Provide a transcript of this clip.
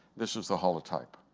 this is the holotype.